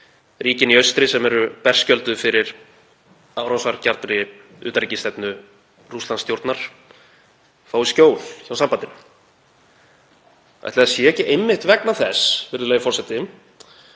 ríkin í austri, sem eru berskjölduð fyrir árásargjarnri utanríkisstefnu Rússlandsstjórnar, fái skjól hjá sambandinu? Ætli það sé ekki einmitt vegna þess, virðulegi forseti,